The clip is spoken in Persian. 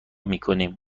میکنیم